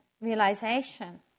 realization